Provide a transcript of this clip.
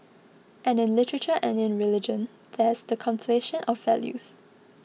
and in literature and in religion there's the conflation of values